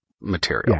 material